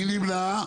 מי נמנע?